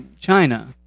China